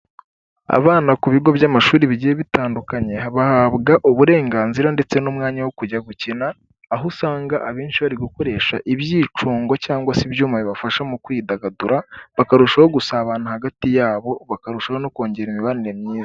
Abana ku bigo by'amashuri bigiye bitandukanye, bahabwa uburenganzira ndetse n'umwanya wo kujya gukina, aho usanga abenshi bari gukoresha ibyicungo cyangwa se ibyuma bibafasha mu kwidagadura, bakarushaho gusabana hagati yabo, bakarushaho no kongera imibanire myiza.